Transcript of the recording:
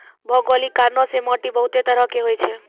भौगोलिक कारणो से माट्टी बहुते तरहो के होय छै